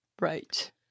Right